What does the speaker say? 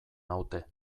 naute